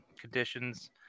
conditions